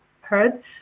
heard